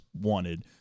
wanted